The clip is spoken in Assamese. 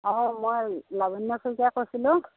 অঁ মই লাৱণ্য শইকীয়াই কৈছিলোঁ